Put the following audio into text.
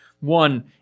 One